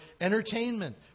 entertainment